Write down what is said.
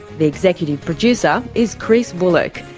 the executive producer is chris bullock,